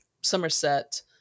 somerset